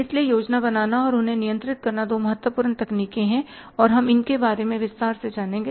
इसलिए योजना बनाना और उन्हें नियंत्रित करना दो महत्वपूर्ण तकनीकें हैं और हम उनके बारे में विस्तार से जानेंगे